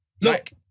Look